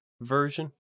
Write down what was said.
version